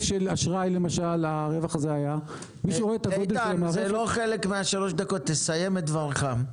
יתעדכן ב-1 בינואר בכל שנה (בסעיף קטן זה יום העדכון),